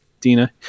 Dina